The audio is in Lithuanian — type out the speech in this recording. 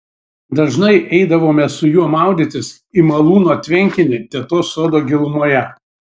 dažnai eidavome su juo maudytis į malūno tvenkinį tetos sodo gilumoje